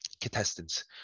contestants